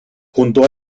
junto